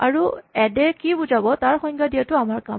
আৰু এড এ কি বুজাব তাৰ সংজ্ঞা দিয়াটো আমাৰ কাম